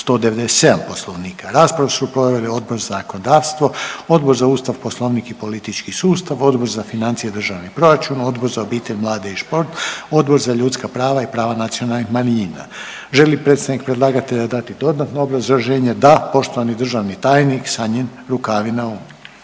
197. Poslovnika. Raspravu su proveli Odbor za zakonodavstvo, Odbor za Ustav, Poslovnik i politički sustav, Odbor za financije i državni proračun, Odbor za obitelj, mlade i šport, Odbor za ljudska prava i prava nacionalnih manjina. Želi li predstavnik predlagatelja dati dodatno obrazloženje? Da. Poštovani državni tajnik Sanjin Rukavina,